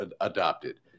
adopted